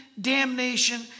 damnation